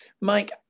Mike